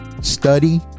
Study